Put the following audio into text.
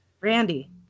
Randy